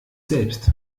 selbst